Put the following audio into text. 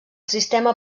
sistema